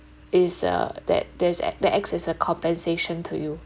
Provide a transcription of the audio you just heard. is uh that there's act that acts as a compensation to you